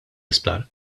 isptar